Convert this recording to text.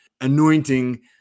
anointing